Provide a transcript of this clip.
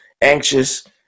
anxious